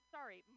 Sorry